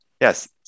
Yes